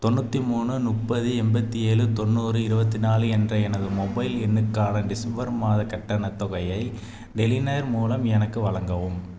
தொண்ணூற்றி மூணு முப்பது எண்பத்தி ஏழு தொண்ணூறு இருபத்தி நாலு என்ற எனது மொபைல் எண்ணுக்கான டிசம்பர் மாதக் கட்டணத் தொகையை டெலிநேர் மூலம் எனக்கு வழங்கவும்